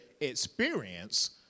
experience